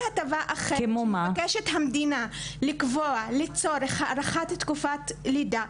כל הטבה אחרת מבקשת המדינה לקבוע לצורך הארכת תקופת לידה,